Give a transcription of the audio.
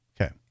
Okay